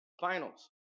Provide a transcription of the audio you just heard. Finals